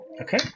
Okay